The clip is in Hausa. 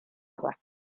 ba